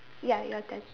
ya your turn